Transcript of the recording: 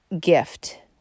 gift